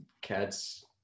cats